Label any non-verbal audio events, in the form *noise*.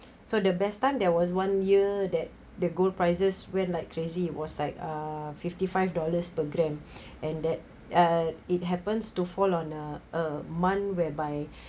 so the best time there was one year that the gold prices went like crazy was like err fifty five dollars per gram *breath* and that uh it happens to fall on a a month whereby